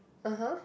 (uh huh)